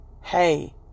hey